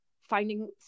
finding